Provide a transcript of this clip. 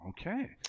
Okay